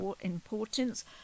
importance